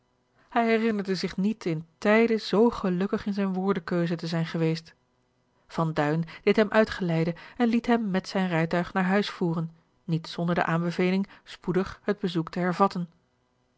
hij herinnerde zich niet in tijden zoo gelukkig in zijne woordenkeuze te zijn geweest van duin deed hem uitgeleide en liet hem met zijn rijtuig naar huis voeren niet zonder de aanbeveling spoedig het bezoek te hervatten